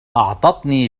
أعطتني